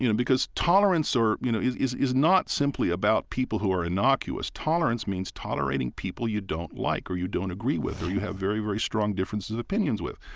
you know because tolerance or you know, is is not simply about people who are innocuous. tolerance means tolerating people you don't like or you don't agree with or you have very, very strong differences of opinions with.